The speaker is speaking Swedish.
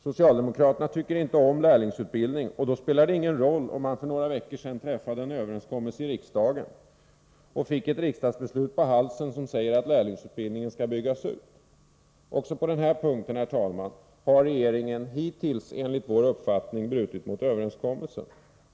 Socialdemokraterna tycker inte om lärlingsutbildning, och då spelar det ingen roll om man för några veckor sedan träffade en överenskommelse i riksdagen och fick ett riksdagsbeslut på halsen som säger att lärlingsutbildningen skall byggas ut. Också på den här punkten, herr talman, har regeringen hittills enligt vår uppfattning brutit mot överenskommelsén.